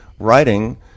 Writing